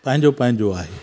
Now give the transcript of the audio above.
पंहिंजो पंहिंजो आहे